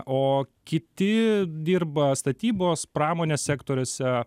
o kiti dirba statybos pramonės sektoriuose